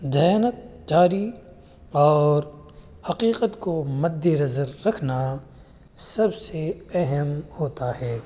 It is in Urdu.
دیانت داری اور حقیقت کو مد نظر رکھنا سب سے اہم ہوتا ہے